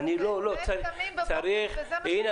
אנחנו קמים בבוקר וזה מה